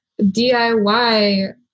DIY